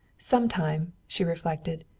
sometime, she reflected,